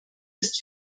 ist